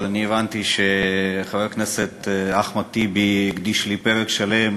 אבל הבנתי שחבר הכנסת אחמד טיבי הקדיש לי פרק שלם